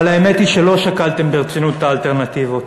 אבל האמת היא שלא שקלתם ברצינות את האלטרנטיבות.